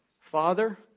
Father